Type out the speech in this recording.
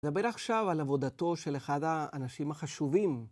נדבר עכשיו על עבודתו של אחד האנשים החשובים.